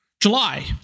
July